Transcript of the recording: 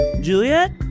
Juliet